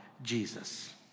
Jesus